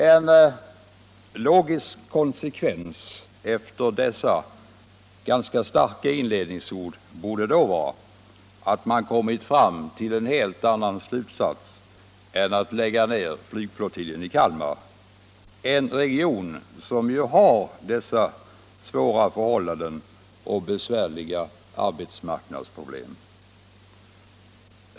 En logisk konsekvens efter dessa starka inledningsord i betänkandet borde vara att man kommit fram till en annan slutsats än att lägga ned flygflottiljen i Kalmar — en region som ju har dessa svåra förhållanden och besvärliga arbetsmarknadsproblem.